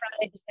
right